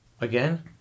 Again